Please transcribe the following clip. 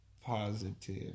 positive